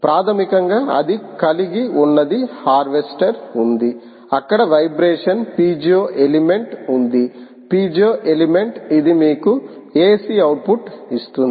ప్రాథమికంగా అది కలిగి ఉన్నది హార్వెస్టర్ ఉంది అక్కడ వైబ్రేషన్ పిజో ఎలిమెంట్ ఉంది పిజో ఎలిమెంట్ ఇది మీకు ఎసి అవుట్పుట్ ఇస్తుంది